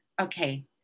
Okay